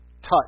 touch